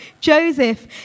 Joseph